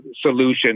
solution